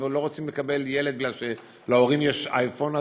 אם לא רוצים לקבל ילד כי להורים יש אייפון,